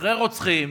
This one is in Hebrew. לשחרר רוצחים,